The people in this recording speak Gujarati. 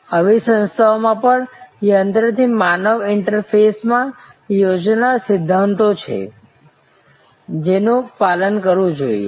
આવી સંસ્થાઓમાં પણ યંત્ર થી માનવ ઇન્ટરફેસમાં યોજના સિદ્ધાંતો છે જેનું પાલન કરવું જોઈએ